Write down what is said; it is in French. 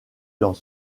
dans